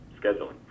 scheduling